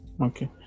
Okay